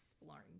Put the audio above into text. exploring